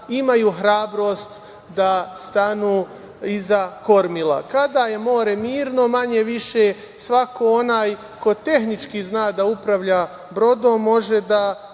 imaju hrabrost da stanu iza kormila. Kada je more mirno manje-više, svako onaj ko tehnički zna da upravlja brodom može da